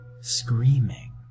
screaming